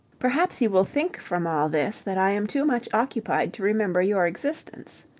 perhaps you will think from all this that i am too much occupied to remember your existence.